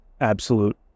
absolute